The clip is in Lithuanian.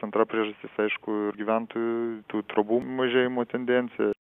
antra priežastis aišku ir gyventojų tų trobų mažėjimo tendencija